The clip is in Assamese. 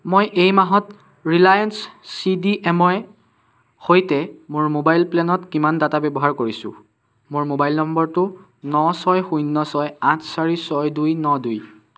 মই এই মাহত ৰিলায়েন্স চি ডি এমৰ সৈতে মোৰ মোবাইল প্লেনত কিমান ডাটা ব্যৱহাৰ কৰিছো মোৰ মোবাইল নম্বৰটো ন ছয় শূন্য ছয় আঠ চাৰি ছয় দুই ন দুই